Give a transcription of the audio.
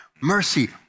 Mercy